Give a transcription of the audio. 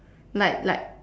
like like